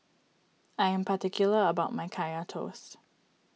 I am particular about my Kaya Toast